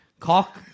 Cock